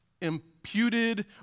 imputed